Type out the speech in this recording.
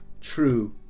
true